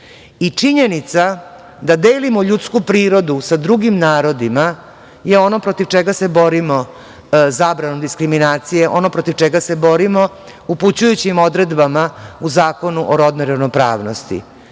I činjenica da delimo ljudsku prirodu sa drugim narodima je ono protiv čega se borimo zabranom diskriminacije, ono protiv čega se borimo upućujućim odredbama u Zakonu o rodnoj ravnopravnosti.